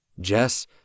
Jess